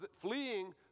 fleeing